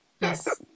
Yes